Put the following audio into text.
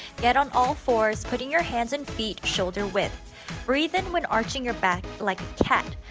get on all fours putting your hands and feet shoulder-width breathe in when arching your back like cat.